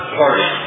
party